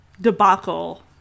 debacle